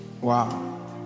Wow